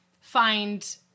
find